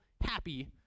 happy